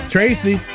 Tracy